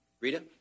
Rita